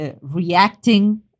reacting